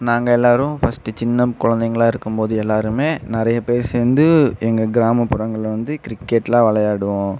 நாங்கள் எல்லோரும் ஃபஸ்ட்டு சின்ன குழந்தைகளா இருக்கும் போது எல்லோருமே நிறைய பேர் சேர்ந்து எங்கள் கிராமப்புறங்களில் வந்து கிரிக்கெட்லாம் விளையாடுவோம்